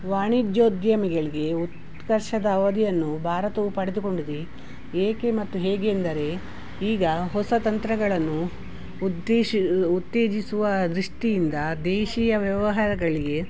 ವಾಣಿಜ್ಯೋದ್ಯಮಿಗಳಿಗೆ ಉತ್ಕರ್ಷದ ಅವದಿಯನ್ನು ಭಾರತವು ಪಡೆದುಕೊಂಡಿದೆ ಏಕೆ ಮತ್ತು ಹೇಗೆ ಎಂದರೆ ಈಗ ಹೊಸ ತಂತ್ರಗಳನ್ನು ಉದ್ದೇಶ ಉತ್ತೇಜಿಸುವ ದೃಷ್ಟಿಯಿಂದ ದೇಶೀಯ ವ್ಯವಹಾರಗಳಿಗೆ